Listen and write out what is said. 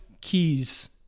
keys